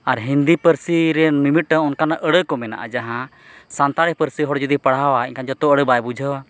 ᱟᱨ ᱦᱤᱱᱫᱤ ᱯᱟᱹᱨᱥᱤᱨᱮ ᱢᱤᱼᱢᱤᱫᱴᱟᱝ ᱚᱱᱠᱟᱱ ᱟᱹᱲᱟᱹᱠᱚ ᱢᱮᱱᱟᱜᱼᱟ ᱡᱟᱦᱟᱸ ᱥᱟᱱᱛᱟᱲᱤ ᱯᱟᱹᱨᱥᱤ ᱦᱚᱲ ᱡᱩᱫᱤ ᱯᱟᱲᱦᱟᱣᱟᱭ ᱮᱱᱠᱷᱟᱱ ᱡᱚᱛᱚ ᱟᱹᱲᱟᱹ ᱵᱟᱭ ᱵᱩᱡᱷᱟᱹᱣᱟ